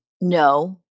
no